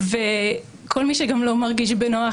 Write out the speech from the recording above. כל מי שגם לא מרגיש בנוח,